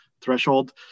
threshold